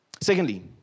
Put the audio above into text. Secondly